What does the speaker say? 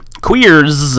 Queers